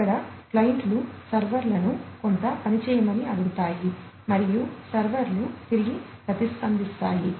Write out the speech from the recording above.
ఇక్కడ క్లయింట్లు సర్వర్లను కొంత పని చేయమని అడుగుతాయి మరియు సర్వర్లు తిరిగి ప్రతిస్పందిస్తాయి